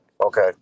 Okay